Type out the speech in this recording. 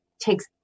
takes